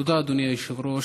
תודה, אדוני היושב-ראש.